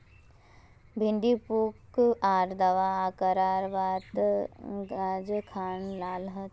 भिन्डी पुक आर दावा करार बात गाज खान लाल होए?